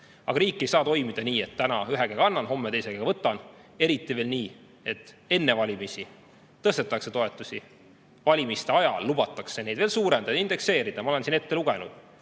Riik ei saa toimida nii, et täna ühe käega annan, homme teisega võtan. Eriti veel mitte nii, et enne valimisi tõstetakse toetusi ja valimiste ajal lubatakse neid veel suurendada, indekseerida – ma olen siin ette lugenud